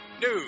news